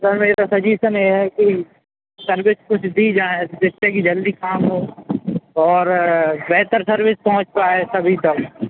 sir मेरा suggestion ये है कि सर्विस कुछ दी जाएँ जिससे कि जल्दी काम हो और बेहतर सर्विस पहुँच पाए सभी तक